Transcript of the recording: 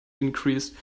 increases